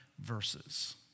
verses